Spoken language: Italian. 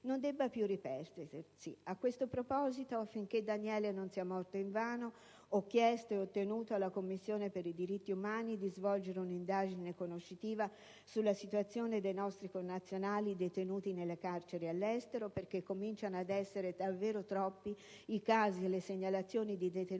non abbia più ripetersi. A questo proposito, affinché Daniele non sia morto invano, ho chiesto e ottenuto dalla Commissione per i diritti umani di svolgere un'indagine conoscitiva sulla situazione dei nostri connazionali detenuti nelle carceri all'estero: cominciano ad essere davvero troppi i casi e le segnalazioni di detenuti